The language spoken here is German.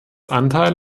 anteil